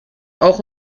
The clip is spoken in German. auch